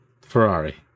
Ferrari